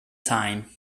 time